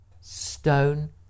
stone